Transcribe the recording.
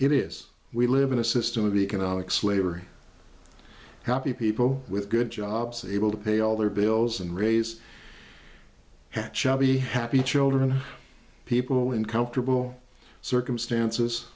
it is we live in a system of economic slavery happy people with good jobs able to pay all their bills and raise be happy children people in comfortable circumstances